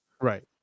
right